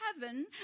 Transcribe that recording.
heaven